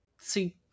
see